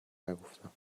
نگفتم